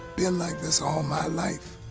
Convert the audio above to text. been like this all my life.